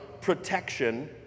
protection